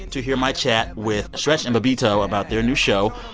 to hear my chat with stretch and bobbito about their new show,